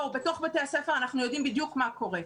בתוך בתי הספר אנחנו יודעים בדיוק מה קורה.